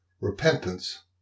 Repentance